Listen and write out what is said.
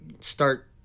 start